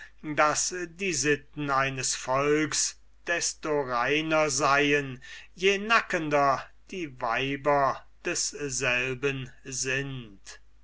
daß die sitten eines volkes desto reiner seien je nackender die weiber desselben sind